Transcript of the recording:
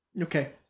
Okay